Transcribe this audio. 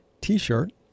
t-shirt